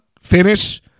finish